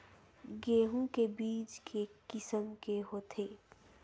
गेहूं के बीज के किसम के होथे?